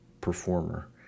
performer